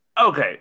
Okay